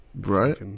right